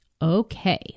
Okay